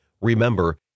Remember